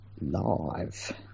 live